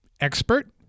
expert